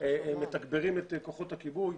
מתגברים את כוחות הכיבוי,